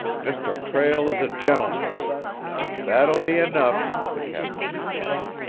mr. prale is a gentleman that'll be enough! the captain exclaimed.